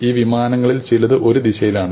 ഈ വിമാനങ്ങളിൽ ചിലത് ഒരു ദിശയിലാണ്